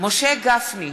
משה גפני,